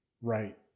right